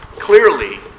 clearly